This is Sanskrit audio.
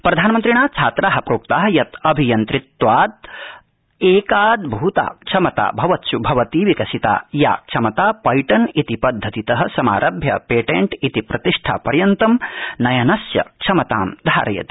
प्रधानमन्त्रिणा छात्रा प्रोक्ता यत् अभियन्तृत्वाद् एकाद्भ्रता क्षमता भवत्सु भवति विकसिता या क्षमता पर्ट्रेन्ने इति पद्धतित समारभ्य पर्टेत्ते इति प्रतिष्ठा पर्यन्तं नयनस्य क्षमतांधारयति